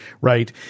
right